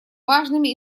важными